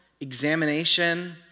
examination